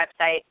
website